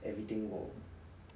everything will